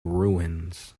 ruins